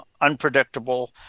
unpredictable